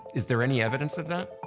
is there any evidence of that?